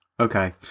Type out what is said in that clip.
Okay